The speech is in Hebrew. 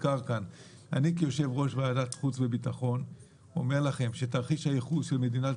אני כיושב-ראש ועדת החוץ והביטחון אומר לכם שתרחיש הייחוס של מדינת